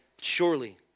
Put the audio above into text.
surely